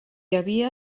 havia